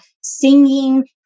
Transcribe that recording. singing